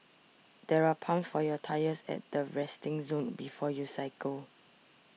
there are pumps for your tyres at the resting zone before you cycle